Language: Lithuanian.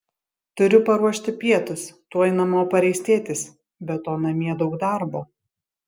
turiu paruošti pietus tuoj namo pareis tėtis be to namie daug darbo